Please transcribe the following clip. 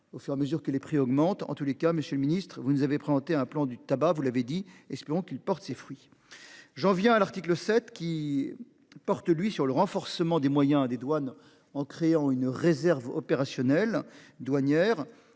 au fur et à mesure que les prix augmentent en tous les cas, Monsieur le Ministre, vous nous avez présenté un plan du tabac, vous l'avez dit, espérons qu'il porte ses fruits. J'en viens à l'article 7 qui. Porte lui sur le renforcement des moyens des douanes en créant une réserve opérationnelle douanières.